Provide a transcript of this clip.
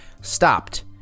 stopped